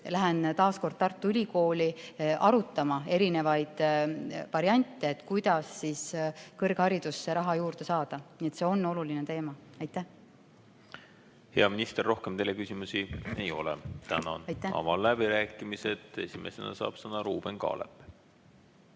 reedel taas Tartu Ülikooli arutama erinevaid variante, kuidas kõrgharidusse raha juurde saada. Nii et see on oluline teema. Hea minister, rohkem teile küsimusi ei ole. Tänan! Avan läbirääkimised, esimesena saab sõna Ruuben Kaalep.